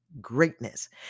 greatness